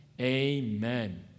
Amen